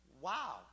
Wow